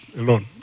alone